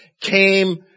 came